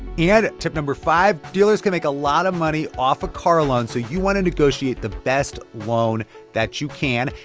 and tip number five, dealers can make a lot of money off a car loan, so you want to negotiate the best loan that you can.